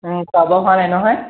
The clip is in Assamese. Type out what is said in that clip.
খোৱা বোৱা হোৱা নাই নহয়